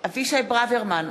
אבישי ברוורמן,